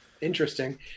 interesting